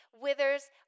withers